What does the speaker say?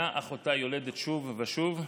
לאה אחותה יולדת שוב ושוב,